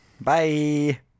Bye